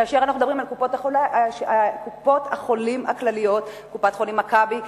כאשר אנחנו מדברים על קופות-החולים הכלליות: קופת-חולים "מכבי",